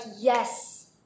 yes